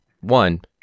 one